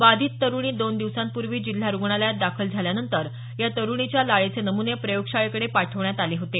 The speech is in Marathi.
बाधित तरुणी दोन दिवसांपूर्वी जिल्हा रुग्णालयात दाखल झाल्यानंतर या तरुणीच्या लाळेचे नमुने प्रयोग शाळेकडे पाठवण्यात आले होते